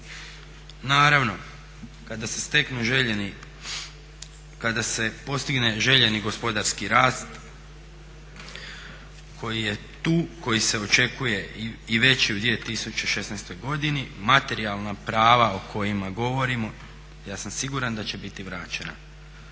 željeni, kada se postigne željeni gospodarski rast koji je tu, koji se očekuje i već u 2016. godini materijalna prava o kojima govorimo ja sam siguran da će biti vraćena.